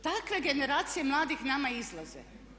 Takve generacije mladih nama izlaze.